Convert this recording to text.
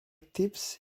tips